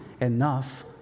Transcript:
enough